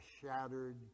shattered